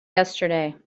yesterday